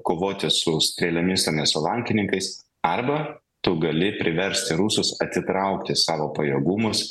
kovoti su strėlėmis o ne su lankininkais arba tu gali priversti rusus atitraukti savo pajėgumus